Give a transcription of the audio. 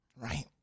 Right